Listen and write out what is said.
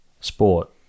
Sport